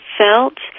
felt